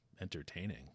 entertaining